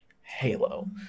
halo